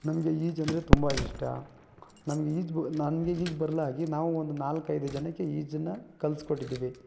ನಮಗೆ ಈಜು ಅಂದರೆ ತುಂಬ ಇಷ್ಟ ನಮ್ಗೆ ಈಜು ನಮಗೆ ಈಜು ಬರಲಾಗಿ ನಾವು ಒಂದು ನಾಲ್ಕೈದು ಜನಕ್ಕೆ ಈಜನ್ನು ಕಲ್ಸ್ಕೊಟ್ಟಿದೀವಿ